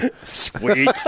Sweet